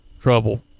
trouble